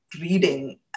reading